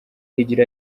higiro